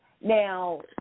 Now